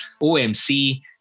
OMC